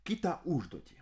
kitą užduotį